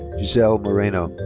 giselle moreno.